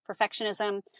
perfectionism